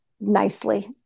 nicely